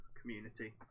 community